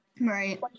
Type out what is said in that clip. Right